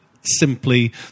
simply